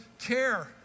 care